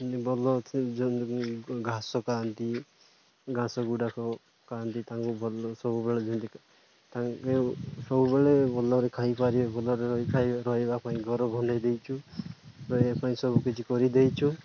ଏମିତି ଭଲ ଯେମିତି ଘାସ ଖାଆନ୍ତି ଘାସ ଗୁଡ଼ାକ ଖାଆନ୍ତି ତାଙ୍କୁ ଭଲ ସବୁବେଳେ ଯେମିତି ତାଙ୍କେ ସବୁବେଳେ ଭଲରେ ଖାଇପାରିବେ ଭଲରେ ରହିବା ପାଇଁ ଘର ଘୋଣ୍ଡେଇ ଦେଇଛୁ ପାଇଁ ସବୁକିଛି କରିଦେଇଛୁ